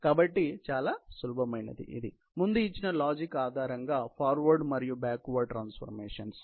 కాబట్టి చాలా సులభమైన ఇది ముందు ఇచ్చిన లాజిక్ ఆధారంగా ఫార్వర్డ్ మరియు బాక్క్వర్డ్ ట్రాన్సఫార్మేషన్స్